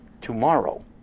tomorrow